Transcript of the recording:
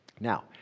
Now